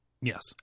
Yes